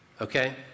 okay